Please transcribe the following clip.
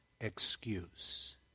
excuse